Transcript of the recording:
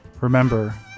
Remember